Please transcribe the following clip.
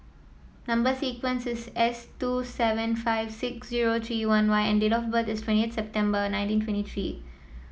number sequence is S two seven five six zero three one Y and date of birth is twentieth September nineteen twenty three